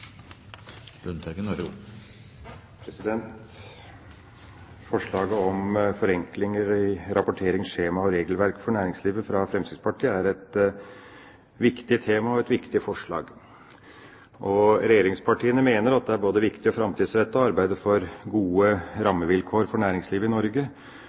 Forslaget om forenklinger i rapportering, skjemaer og regelverk for næringslivet fra Fremskrittspartiet er et viktig tema og et viktig forslag. Regjeringspartiene mener at det er både viktig og framtidsrettet å arbeide for gode rammevilkår for næringslivet i Norge,